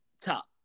top